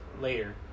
later